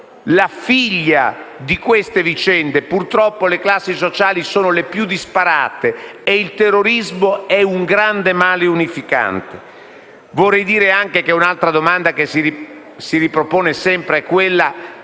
la figlia di queste vicende; purtroppo le classi sociali sono le più disparate, e il terrorismo è un grande male unificante. Vorrei dire anche che un'altra domanda che si ripropone sempre è quella